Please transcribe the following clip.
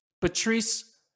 Patrice